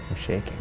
shaking